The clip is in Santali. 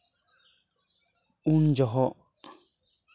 ᱩᱱ ᱡᱚᱦᱚᱜ